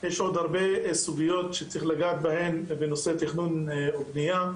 יש עוד הרבה סוגיות שצריך לגעת בהן בנושא תכנון ובנייה,